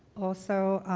also,